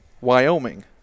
Wyoming